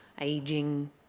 aging